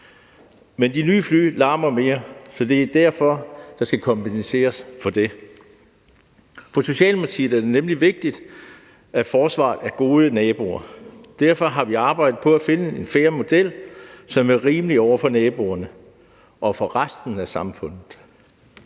men de nye fly larmer mere, og det er derfor, at der skal kompenseres for det. For Socialdemokratiet er det nemlig vigtigt, at forsvaret er gode naboer, og derfor har vi arbejdet på at finde en fair model, som er rimelig over for naboerne og for resten af samfundet.